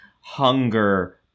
hunger